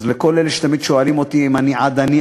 אז לכל אלה שתמיד שואלים אותי אם אני עדני,